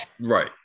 right